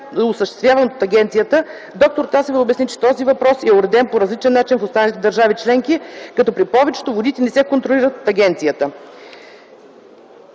осъществяван от агенцията, д-р Тасева обясни, че този въпрос е уреден по различен начин в останалите държави членки, като при повечето водите не се контролират от агенцията.